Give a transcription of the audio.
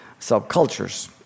subcultures